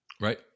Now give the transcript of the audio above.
Right